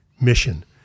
mission